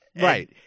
Right